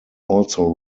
also